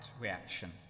reaction